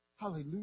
Hallelujah